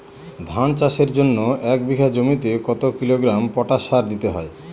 ধান চাষের জন্য এক বিঘা জমিতে কতো কিলোগ্রাম পটাশ সার দিতে হয়?